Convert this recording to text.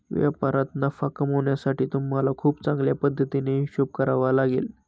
व्यापारात नफा कमावण्यासाठी तुम्हाला खूप चांगल्या पद्धतीने हिशोब करावा लागेल